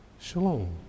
Shalom